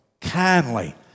kindly